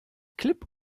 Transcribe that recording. klipp